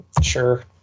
sure